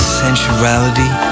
sensuality